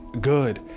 good